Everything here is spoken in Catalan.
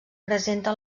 presenta